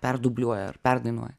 perdubliuoja ar perdainuoja